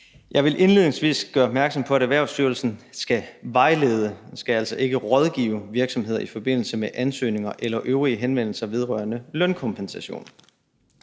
Jeg vil indledningsvis gøre opmærksom på, at Erhvervsstyrelsen skal vejlede og altså ikke rådgive virksomheder i forbindelse med ansøgninger eller øvrige henvendelser vedrørende lønkompensation.